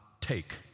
take